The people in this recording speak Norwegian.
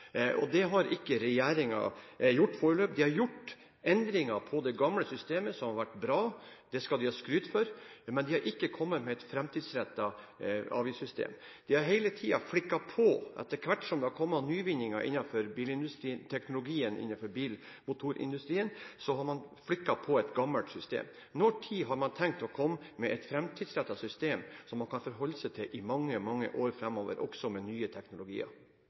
Det har ikke regjeringen gjort foreløpig. De har gjort endringer i det gamle systemet som har vært bra – det skal de ha skryt for – men de har ikke kommet med et framtidsrettet avgiftssystem. De har hele tiden, etter hvert som det har kommet nyvinninger i teknologien innenfor bilmotorindustrien, flikket på et gammelt system. Når har man tenkt å komme med et framtidsrettet system som man kan forholde seg til i mange, mange år framover, også med nye teknologier?